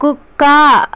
కుక్క